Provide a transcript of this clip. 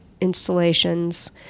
installations